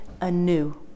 anew